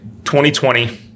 2020